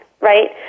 right